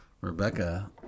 Rebecca